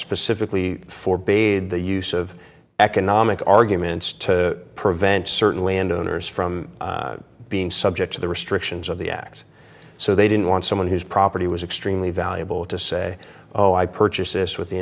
specifically for bade the use of economic arguments to prevent certain landowners from being subject to the restrictions of the act so they didn't want someone whose property was extremely valuable to say oh i purchased this with the